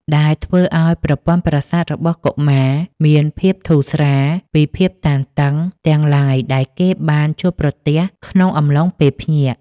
ដែលធ្វើឱ្យប្រព័ន្ធប្រសាទរបស់កុមារមានភាពធូរស្រាលពីភាពតានតឹងទាំងឡាយដែលគេបានជួបប្រទះក្នុងកំឡុងពេលភ្ញាក់។